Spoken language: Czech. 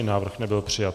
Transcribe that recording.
Návrh nebyl přijat.